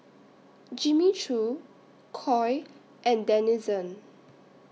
Jimmy Choo Koi and Denizen